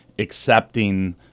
accepting